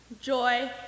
joy